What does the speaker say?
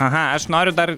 aha aš noriu dar